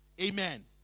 Amen